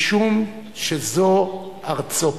משום שזו ארצו.